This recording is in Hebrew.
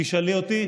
אם תשאלי אותי,